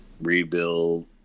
rebuild